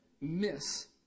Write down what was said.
miss